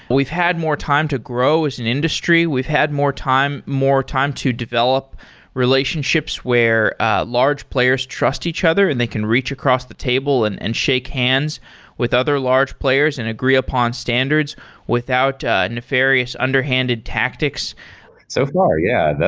we've had more time to grow as an industry. we've had more time, more time to develop relationships where ah large players trust each other and they can reach across the table and and shake hands with other large players and agree upon standards without ah nefarious underhanded tactics so far, yeah.